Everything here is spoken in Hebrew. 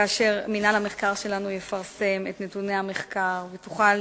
כאשר מינהל המחקר שלנו יפרסם את נתוני המחקר ותוכל